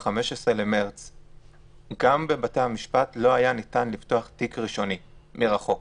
ב-15.3 גם בבתי-המשפט לא היה ניתן לפתוח תיק ראשוני מרחוק.